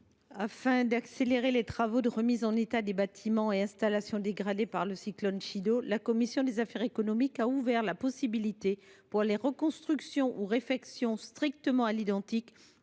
Afin d’accélérer les travaux de remise en état des bâtiments et installations dégradés par le cyclone Chido, la commission des affaires économiques a ouvert la possibilité, pour les reconstructions ou réfections strictement à l’identique,